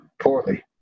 poorly